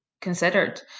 considered